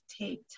take